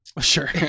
sure